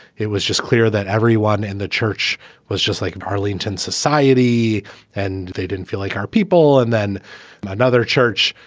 it was just clear that everyone in the church was just like an arlington society and they didn't feel like our people and then another church.